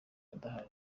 adahari